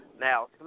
Now